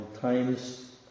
times